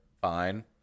fine